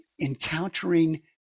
encountering